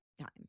time